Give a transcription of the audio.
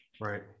Right